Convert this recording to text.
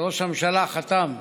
שראש הממשלה חתם עליו,